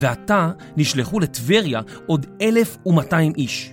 ועתה נשלחו לטבריה עוד 1,200 איש.